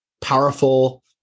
powerful